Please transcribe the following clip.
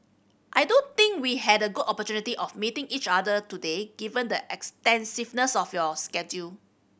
I do think we had a good opportunity of meeting each other today given the extensiveness of your schedule